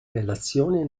relazione